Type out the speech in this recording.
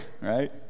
right